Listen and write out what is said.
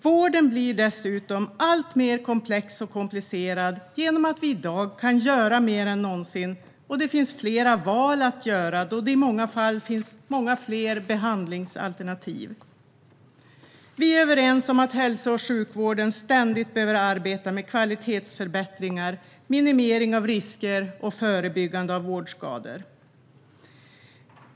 Vården blir dessutom alltmer komplex och komplicerad genom att vi i dag kan göra mer än någonsin och har fler val att göra då det i många fall finns flera behandlingsalternativ. Vi är överens om att hälso och sjukvården ständigt behöver arbeta med kvalitetsförbättringar, minimering av risker och förebyggande av vårdskador.